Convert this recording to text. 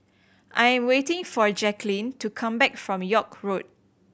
I'm waiting for Jacklyn to come back from York Road